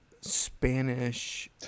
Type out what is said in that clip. Spanish